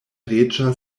reĝa